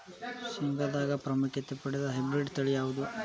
ಶೇಂಗಾದಾಗ ಪ್ರಾಮುಖ್ಯತೆ ಪಡೆದ ಹೈಬ್ರಿಡ್ ತಳಿ ಯಾವುದು?